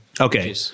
Okay